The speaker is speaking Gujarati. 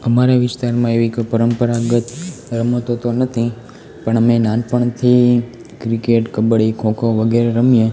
અમારા વિસ્તારમાં એવી કોઈ પરંપરાગત રમતો તો નથી પણ અમે નાનપણથી ક્રિકેટ કબડ્ડી ખોખો વગેરે રમીએ